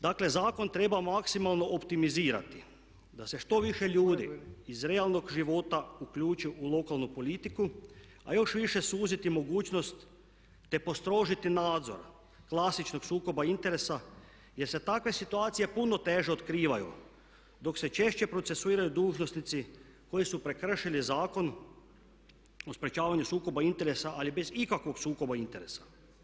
Dakle, zakon treba maksimalno optimizirati da se što više ljudi iz realnog života uključi u lokalnu politiku, a još više suziti mogućnost te postrožiti nadzor klasičnog sukoba interesa jer se takve situacije puno teže otkrivaju dok se češće procesuiraju dužnosnici koji su prekršili Zakon o sprječavanju sukoba interesa ali bez ikakvog sukoba interesa.